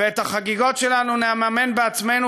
ואת החגיגות שלנו נממן בעצמנו,